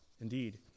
Indeed